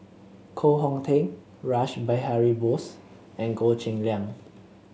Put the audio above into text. Koh Hong Teng Rash Behari Bose and Goh Cheng Liang